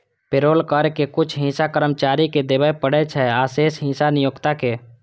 payroll कर के कुछ हिस्सा कर्मचारी कें देबय पड़ै छै, आ शेष हिस्सा नियोक्ता कें